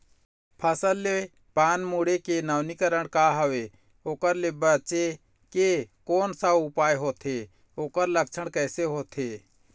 फसल के पान मुड़े के नवीनीकरण का हवे ओकर ले बचे के कोन सा उपाय होथे ओकर लक्षण कैसे होथे?